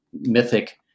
Mythic